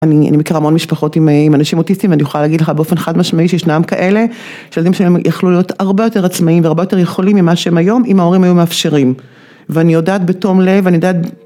אני מכירה המון משפחות עם אנשים אוטיסטיים ואני יכולה להגיד לך באופן חד משמעי שישנם כאלה שהילדים שלהם יכלו להיות הרבה יותר עצמאים והרבה יותר יכולים ממה שהם היום אם ההורים היו מאפשרים ואני יודעת בתום לב אני יודעת